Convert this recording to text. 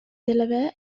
delaware